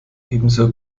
ebenso